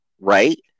right